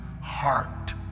heart